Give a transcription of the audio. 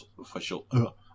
official